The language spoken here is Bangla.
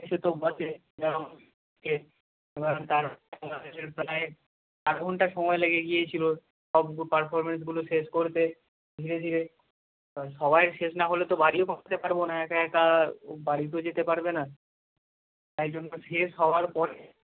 সে তো বটে আট ঘণ্টা সময় লেগে গিয়েছিল সবগুলো পারফরমেন্সগুলো শেষ করতে ধীরে ধীরে সবাইয়ের শেষ না হলে তো বাড়িও পৌঁছতে পারব না একা একা ও বাড়িতেও যেতে পারবে না তাই জন্য শেষ হওয়ার পরে